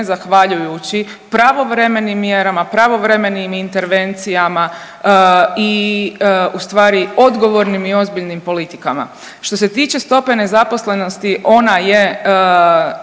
zahvaljujući pravovremenim mjerama, pravovremenim intervencijama i u stvari odgovornim i ozbiljnim politikama. Što se tiče stope nezaposlenosti ona je